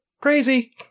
crazy